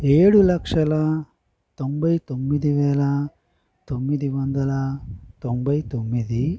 ఏడు లక్షల తొంభై తొమ్మిది వేల తొమ్మిది వందల తొంభై తొమ్మిది